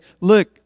look